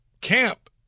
camp